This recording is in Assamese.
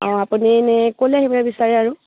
অঁ আপুনি এনেই ক'লৈ আহিবলৈ বিচাৰে আৰু